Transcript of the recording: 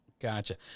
Gotcha